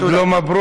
עוד לא מברוכ.